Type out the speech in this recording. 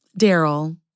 Daryl